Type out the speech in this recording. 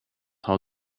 how